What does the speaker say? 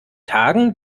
tagen